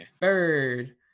bird